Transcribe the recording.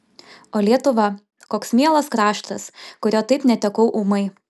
o lietuva koks mielas kraštas kurio taip netekau ūmai